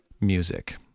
music